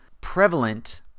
prevalent